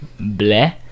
bleh